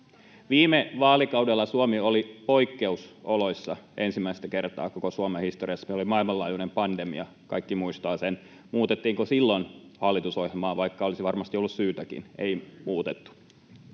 Viime vaalikaudella Suomi oli poikkeusoloissa ensimmäistä kertaa koko Suomen historiassa. Meillä oli maailmanlaajuinen pandemia, kaikki muistavat sen. Muutettiinko silloin hallitusohjelmaa, vaikka olisi varmasti ollut syytäkin? [Jani